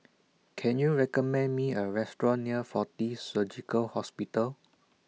Can YOU recommend Me A Restaurant near Fortis Surgical Hospital